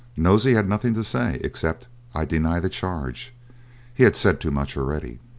nosey had nothing to say, except, i deny the charge he had said too much already.